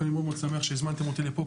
אני מאוד שמח שהזמנתם אותי לפה,